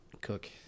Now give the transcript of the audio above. Cook